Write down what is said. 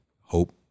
hope